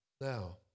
Now